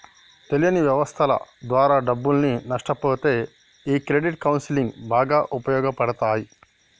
తెలియని వ్యవస్థల ద్వారా డబ్బుల్ని నష్టపొతే ఈ క్రెడిట్ కౌన్సిలింగ్ బాగా ఉపయోగపడతాయి